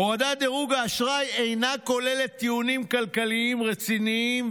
הורדת דירוג האשראי "אינה כוללת טיעונים כלכליים רציניים",